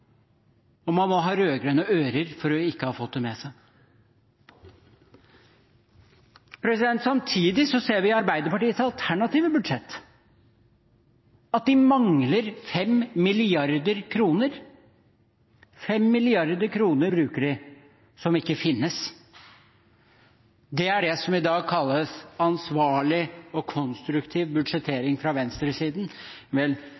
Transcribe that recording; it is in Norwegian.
og man må ha rød-grønne ører for ikke å ha fått det med seg. Samtidig ser vi i Arbeiderpartiets alternative budsjett at de mangler 5 mrd. kr. De bruker 5 mrd. kr som ikke finnes. Det er det som i dag kalles ansvarlig og konstruktiv budsjettering fra venstresiden. Vel,